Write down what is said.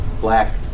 black